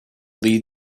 lead